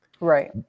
Right